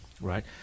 right